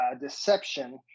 deception